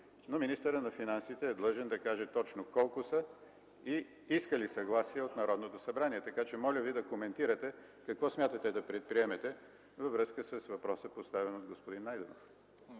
Министърът на финансите обаче е длъжен да каже точно колко са и иска ли съгласие от Народното събрание. Моля Ви да коментирате какво смятате да предприемете във връзка с въпроса, поставен от господин Найденов.